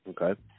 okay